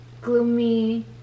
gloomy